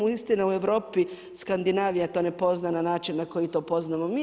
Uistinu u Europi, Skandinavija to ne pozna, na način na koji to poznamo mi.